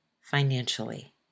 financially